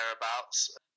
thereabouts